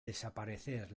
desaparecer